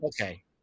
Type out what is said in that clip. Okay